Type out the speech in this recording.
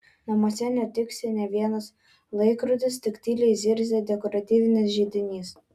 namuose netiksi nė vienas laikrodis tik tyliai zirzia dekoratyvinis židinys